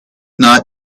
not